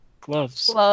Gloves